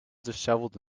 dishevelled